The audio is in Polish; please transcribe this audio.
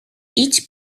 idź